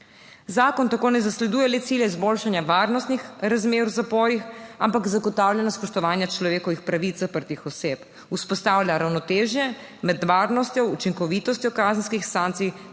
Zakon tako ne zasleduje le cilja izboljšanja varnostnih razmer v zaporih, ampak zagotavljanju spoštovanja človekovih pravic zaprtih oseb. Vzpostavlja ravnotežje med varnostjo in učinkovitostjo kazenskih sankcij